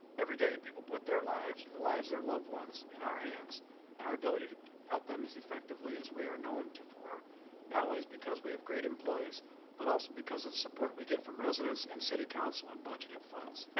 everyday people put their lives, the lives of their ones in our hands and our ability to help them as effectively as we are known to for not only is because we have great employees but also because of the support we get from residents and city counseling budget funds.